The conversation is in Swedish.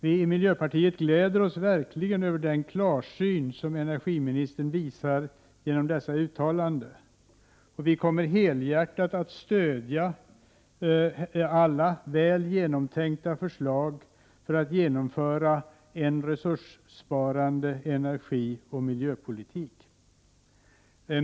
Vi i miljöpartiet gläder oss verkligen över den klarsyn som energiministern visar genom dessa uttalanden, och vi kommer att helhjärtat stödja alla väl genomtänkta förslag för att genomföra en resurssparande energioch miljöpolitik.